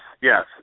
yes